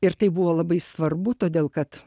ir tai buvo labai svarbu todėl kad